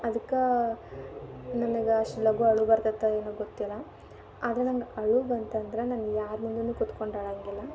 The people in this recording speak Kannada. ಅದ್ಕೆ ನನಗೆ ಅಷ್ಟು ಲಗು ಅಳು ಬರ್ತೈತೋ ಏನು ಗೊತ್ತಿಲ್ಲ ಆದ್ರೆ ನಂಗೆ ಅಳು ಬಂತಂದ್ರೆ ನಾನು ಯಾರ ಮುಂದೂ ಕೂತ್ಕೊಂಡು ಅಳಂಗಿಲ್ಲ